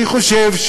אני חושב,